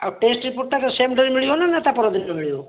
ଆଉ ଟେଷ୍ଟ ରିପୋର୍ଟଟା ସେମ୍ ଡ଼େ'ରେ ମିଳିବ ନା ତା ପରଦିନ ମିଳିବ